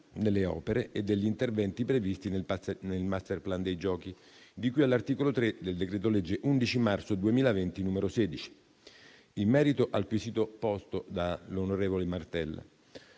delle opere e degli interventi previsti nel *masterplan* dei Giochi, di cui all'articolo 3 del decreto-legge 11 marzo 2020, n. 16. In merito al quesito posto dall'onorevole